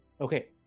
Okay